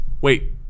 Wait